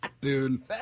Dude